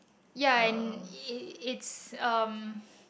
ya and it it's um